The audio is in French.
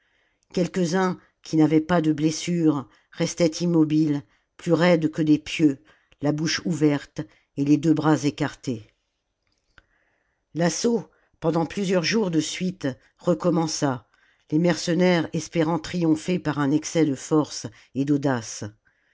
quelques-uns qui n'avaient pas de blessure restaient immobiles plus raides que des pieux la bouche ouverte et les deux bras écartés l'assaut pendant plusieurs jours de suite recommença les mercenaires espérant triompher par un excès de force et d'audace